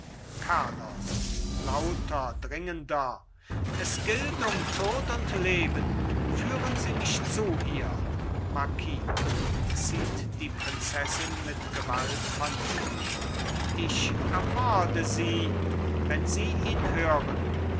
carlos lauter dringender es gilt um tod und leben führen sie mich zu ihr marquis zieht die prinzessin mit gewalt von ihm ich ermorde sie wenn sie ihn hören